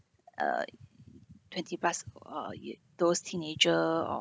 uh twenty plus uh ye~ those teenager or